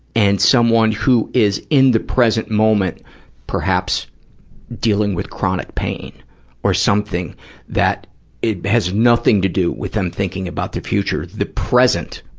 and someone who is in the present moment perhaps dealing with chronic pain or something that has nothing to do with them thinking about the future the present,